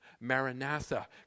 Maranatha